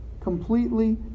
Completely